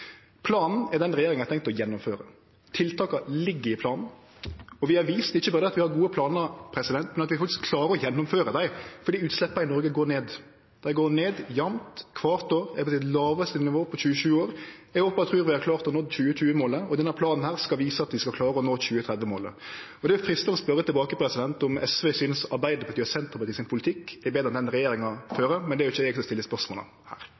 Planen er den regjeringa har tenkt å gjennomføre. Tiltaka ligg i planen, og vi har vist ikkje berre at vi har gode planar, men at vi faktisk klarer å gjennomføre dei, fordi utsleppa i Noreg går ned. Dei går ned jamt kvart år, er på sitt lågaste nivå på 27 år. Eg håpar og trur vi har klart å nå 2020-målet, og denne planen skal vise at vi skal klare å nå 2030-målet. Det er freistande å spørje tilbake om SV synest at Arbeidarpartiet og Senterpartiets politikk er betre enn den regjeringa fører, men det er jo ikkje eg som stiller spørsmåla her.